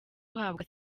uhabwa